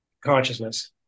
consciousness